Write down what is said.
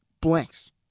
Blanks